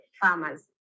farmers